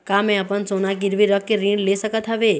का मैं अपन सोना गिरवी रख के ऋण ले सकत हावे?